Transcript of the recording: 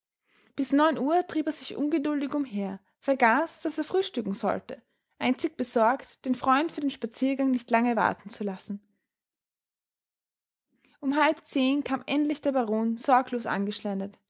bis neun uhr trieb er sich ungeduldig umher vergaß daß er frühstücken sollte einzig besorgt den freund für den spaziergang nicht lange warten zu lassen um halb zehn kam endlich der baron sorglos